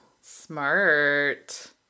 Smart